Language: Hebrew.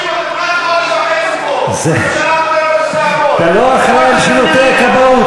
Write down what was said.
כבר ארבעה חודשים אתם "רק חודש וחצי פה" אתה לא אחראי לשירותי הכבאות,